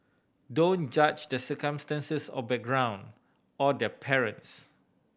don't judge the circumstances or background or their parents